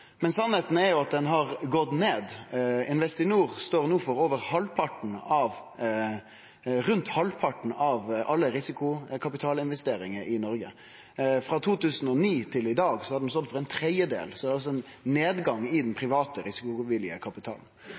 Men sanninga er at han har gått ned. Investinor står no for rundt halvparten av alle risikokapitalinvesteringar i Noreg. Frå 2009 til i dag har dei stått for ein tredjedel, så det er altså ein nedgang i den private risikovillige kapitalen.